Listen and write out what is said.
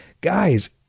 Guys